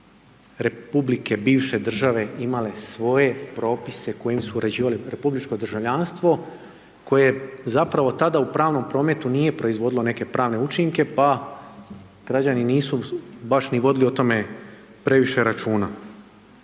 sve republike bivše države imale svoje propise kojim su uređivale republičko državljanstvo koje zapravo tada u pravnom prometu nije proizvodilo neke pravne učinke pa građani nisu baš ni vodili o tome previše računa.